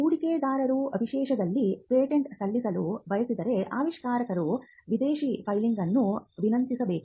ಹೂಡಿಕೆದಾರರು ವಿದೇಶದಲ್ಲಿ ಪೇಟೆಂಟ್ ಸಲ್ಲಿಸಲು ಬಯಸಿದರೆ ಆವಿಷ್ಕಾರಕರು ವಿದೇಶಿ ಫೈಲಿಂಗ್ ಅನ್ನು ವಿನಂತಿಸಬೇಕು